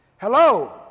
Hello